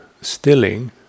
stilling